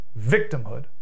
victimhood